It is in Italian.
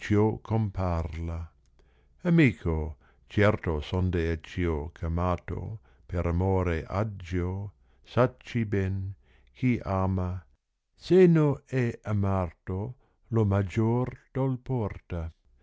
com parla amico certo sonde a ciò ch'amato per amore aggio sacci ben chi ama se no è amato lo maggior dol porta